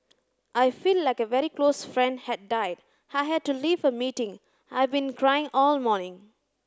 I feel like a very close friend had died I had to leave a meeting I've been crying all morning